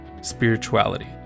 Spirituality